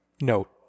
note